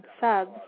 subs